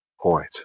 Point